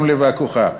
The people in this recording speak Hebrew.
גם לבא כוחה.